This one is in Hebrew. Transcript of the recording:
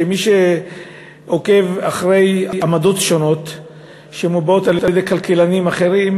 ומי שעוקב אחרי עמדות שונות שמובעות על-ידי כלכלנים אחרים,